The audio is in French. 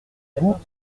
vous